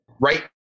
right